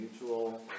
mutual